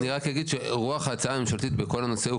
אני רק אגיד שרוח ההצעה הממשלתית בכל הנושא הוא